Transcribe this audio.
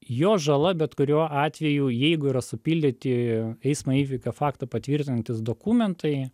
jo žala bet kuriuo atveju jeigu yra supildyti eismo įvykio faktą patvirtinantys dokumentai